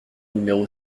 numéro